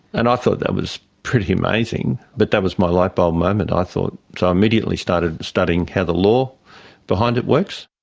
and i thought that was pretty amazing. but that was my light-bulb moment. ah so i immediately started studying how the law behind it works.